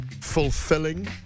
fulfilling